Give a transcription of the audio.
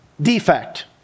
Defect